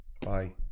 Bye